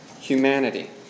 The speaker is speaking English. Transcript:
humanity